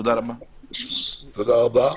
תודה רבה.